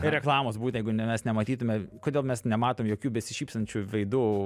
reklamos būtent jeigu ne mes nematytume kodėl mes nematom jokių besišypsančių veidų